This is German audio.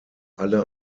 alle